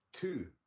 Two